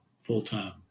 full-time